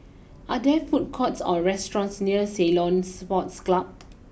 are there food courts or restaurants near Ceylon Sports Club